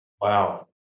wow